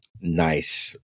Nice